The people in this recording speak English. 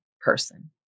person